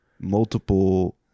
multiple